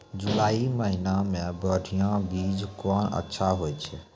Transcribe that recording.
जुलाई महीने मे बढ़िया बीज कौन अच्छा होय छै?